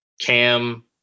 Cam